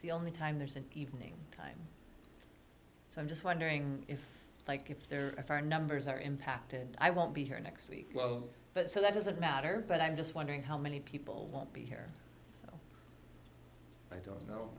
the only time there's an evening time so i'm just wondering if like if their numbers are impacted i won't be here next week well but so that doesn't matter but i'm just wondering how many people won't be here i don't know